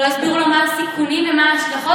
בלי שהסבירו לו מה הסיכונים ומה ההשלכות,